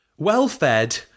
Well-fed